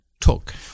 took